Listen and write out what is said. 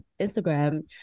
Instagram